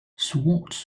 schwartz